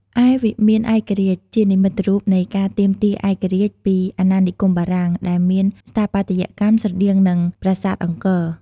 ឯវិមានឯករាជ្យ ជានិមិត្តរូបនៃការទាមទារឯករាជ្យពីអាណានិគមបារាំង ដែលមានស្ថាបត្យកម្មស្រដៀងនឹងប្រាសាទអង្គរ។